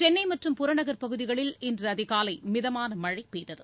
சென்னை மற்றும் புறநகர் பகுதிகளில் இன்று அதிகாலை மிதமான மழை பெய்தது